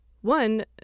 One